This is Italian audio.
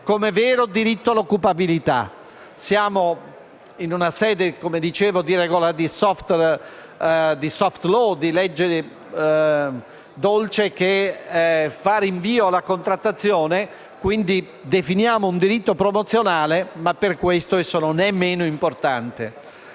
come vero diritto all'occupabilità. Siamo in una sede di *soft* *law*, di legge dolce, che rinvia alla contrattazione, quindi definiamo un diritto promozionale, ma non per questo meno importante.